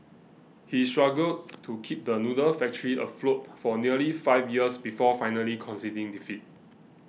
he struggled to keep the noodle factory afloat for nearly five years before finally conceding defeat